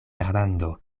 fernando